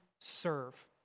serve